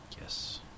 Yes